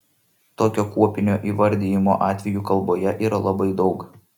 tokio kuopinio įvardijimo atvejų kalboje yra labai daug